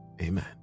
amen